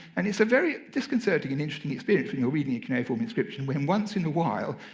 and it's a very disconcerting and interesting experience when you're reading a cuneiform inscription when, once in a while,